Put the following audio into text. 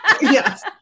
Yes